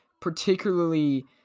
particularly